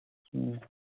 ꯎꯝ